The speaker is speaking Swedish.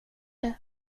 det